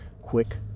quick